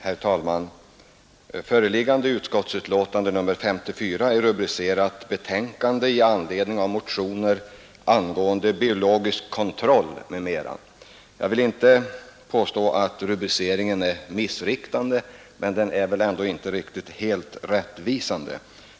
Herr talman! Det föreliggande jordbruksutskottets betänkande nr 54 är rubricerat: Jordbruksutskottets betänkande i anledning av motioner ang. biologisk kontroll, m.m. Jag vill inte påstå att rubriken är missvisande, men den är väl ändå inte helt rättvisande.